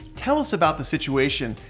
tell us about the situation.